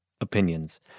opinions